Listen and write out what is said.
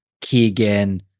Keegan